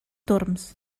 torms